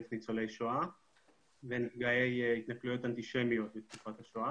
ניצולי שואה ונפגעי התנכלויות אנטישמיות בתקופת השואה.